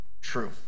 true